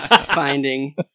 finding